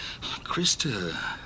Krista